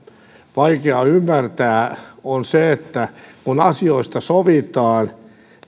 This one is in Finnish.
vaikea ymmärtää on se että kun asioista sovitaan